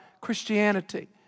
Christianity